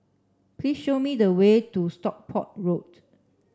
please show me the way to Stockport Road